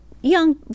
young